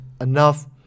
enough